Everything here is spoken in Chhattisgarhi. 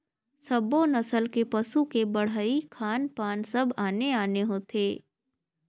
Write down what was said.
सब्बो नसल के पसू के बड़हई, खान पान सब आने आने होथे